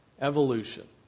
Evolution